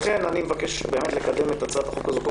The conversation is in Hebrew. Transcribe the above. לכן אני מבקש לקדם את הצעת החוק הזו,